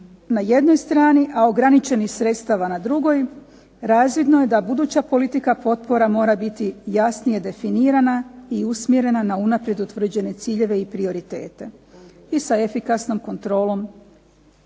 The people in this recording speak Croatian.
na jednoj strani, a ograničenih sredstava na drugoj, razvidno je da buduća politika potpora mora biti jasnije definirana i usmjerena na unaprijed utvrđene ciljeve i prioritete. I sa efikasnom kontrolom